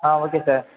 ah okay sir